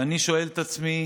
ואני שואל את עצמי